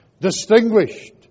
distinguished